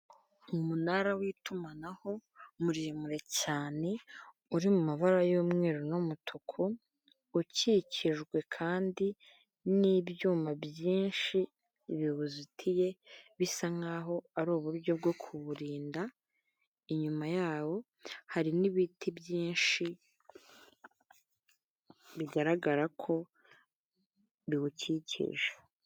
Umunara w'itumanaho muremure cyane uri mu mabara y'umweru n'umutuku ukikijwe kandi n'ibyuma byinshi bibuzitiye bisa nkaho ari uburyo bwo kuwurinda inyuma yawo hari nibiti byinshi bigaragara ko biwukikije.